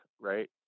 right